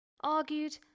argued